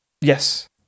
Yes